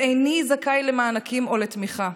ואיני זכאי למענקים או לתמיכה.